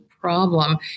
problem